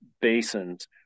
basins